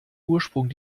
ursprung